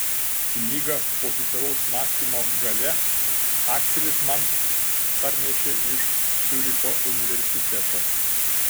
knygą pozityvaus mąstymo galia akselis man parnešė iš ciuricho universiteto